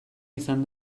izan